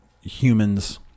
humans